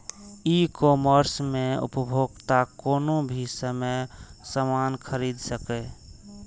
ई commerce मे उपभोक्ता कोनो भी समय सामान खरीद सकैए